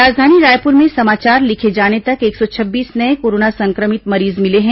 राजधानी रायपुर में समाचार लिखे जाने तक एक सौ छब्बीस नये कोरोना संक्रमित मरीज मिले हैं